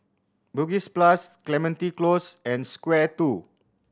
Bugis Plus Clementi Close and Square Two